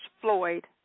Floyd